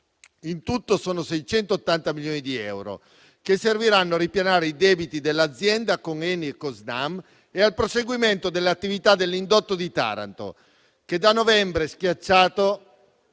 in tutto sono 680 milioni di euro, che serviranno a ripianare i debiti dell'azienda, con ENI e con Snam, e al proseguimento dell'attività dell'indotto di Taranto, che da novembre è schiacciato